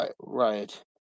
right